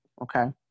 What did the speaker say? okay